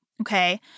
Okay